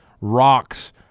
rocks